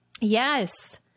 Yes